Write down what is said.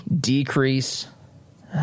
decrease